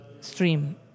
stream